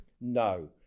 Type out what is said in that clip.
No